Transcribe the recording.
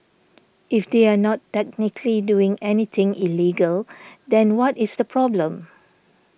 if they are not technically doing anything illegal then what is the problem